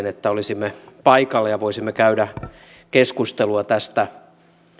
että olisimme paikalla ja voisimme käydä keskustelua tästä